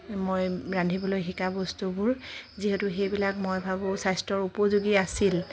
মই ৰান্ধিবলৈ শিকা বস্তুবোৰ যিহেতু সেইবিলাক মই ভাবোঁ স্বাস্থ্যৰ উপযোগী আছিল